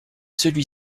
celui